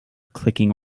clicking